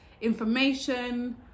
information